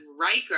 Riker